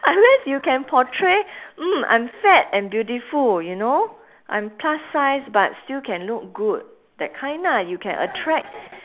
unless you can portray mm I'm fat and beautiful you know I'm plus sized but still can look good that kind ah you can attract